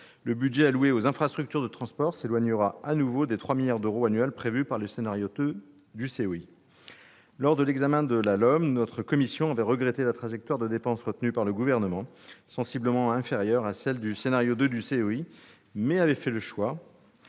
le budget alloué aux infrastructures de transports s'éloignera à nouveau des 3 milliards d'euros annuels prévus par le scénario 2 du COI. Lors de l'examen du projet de loi d'orientation des mobilités, notre commission avait regretté la trajectoire de dépenses retenue par le Gouvernement, sensiblement inférieure à celle du scénario 2 du COI, mais elle avait fait le choix